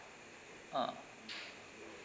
ah